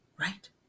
right